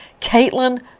Caitlin